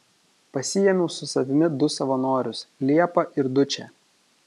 pasiėmiau su savimi du savanorius liepą ir dučę